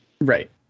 Right